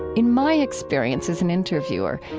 in my experience as an interviewer,